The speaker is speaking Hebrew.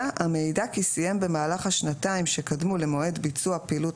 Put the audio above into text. המעידה כי סיים במהלך השנתיים שקדמו למועד ביצוע פעילות